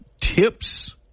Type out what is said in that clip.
tips